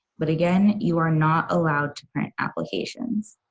but again you are not allowed to print applications.